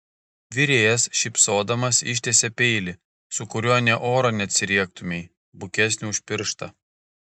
virėjas šypsodamas ištiesia peilį su kuriuo nė oro neatsiriektumei bukesnį už pirštą